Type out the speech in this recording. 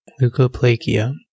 Leukoplakia